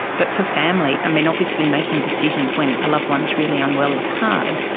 but for family, i mean, obviously making decisions when a loved one is really unwell is hard,